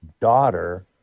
daughter